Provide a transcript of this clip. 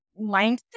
mindset